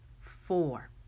four